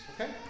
Okay